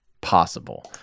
possible